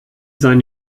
sein